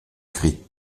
cri